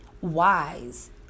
wise